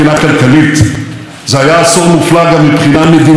יחסי החוץ שלנו בפריחה חסרת תקדים.